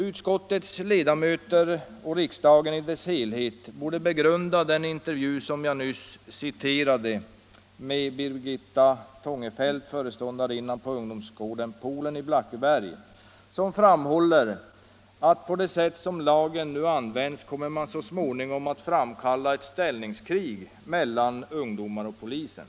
Utskottets ledamöter och riksdagen i sin helhet borde begrunda den intervju med Birgitta Tångefelt, föreståndarinna på ungdomsgården Poolen i Blackeberg, som jag nyss citerade. Hon framhåller att på det sätt som lagen nu används kommer man så småningom att framkalla ett ställningskrig mellan ungdomar och polisen.